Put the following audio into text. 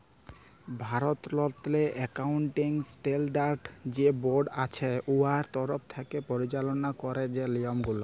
ভারতেরলে accounting standard যে board আছে উয়ার তরফ থ্যাকে পরিচাললা ক্যারে যে লিয়মগুলা